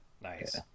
Nice